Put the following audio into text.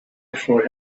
before